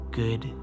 good